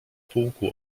pułku